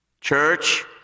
Church